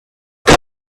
got